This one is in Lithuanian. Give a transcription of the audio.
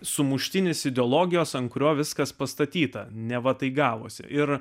sumuštinis ideologijos ant kurio viskas pastatyta neva tai gavosi ir